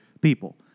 people